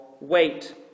Wait